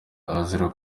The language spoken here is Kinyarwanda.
azira